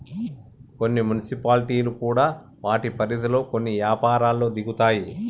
కొన్ని మున్సిపాలిటీలు కూడా వాటి పరిధిలో కొన్ని యపారాల్లో దిగుతాయి